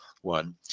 one